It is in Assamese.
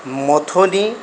মথনী